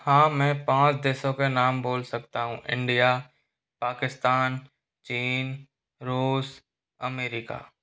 हाँ मैं पाँच देशों के नाम बोल सकता हूँ इंडिया पाकिस्तान चीन रूस अमेरिका